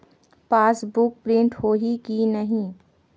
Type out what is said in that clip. Passbook print होही कि नहीं?